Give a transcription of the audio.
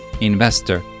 investor